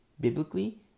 biblically